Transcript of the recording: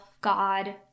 God